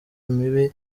mibi